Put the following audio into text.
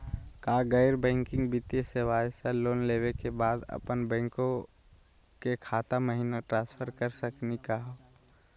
का गैर बैंकिंग वित्तीय सेवाएं स लोन लेवै के बाद अपन बैंको के खाता महिना ट्रांसफर कर सकनी का हो?